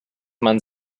man